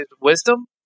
Wisdom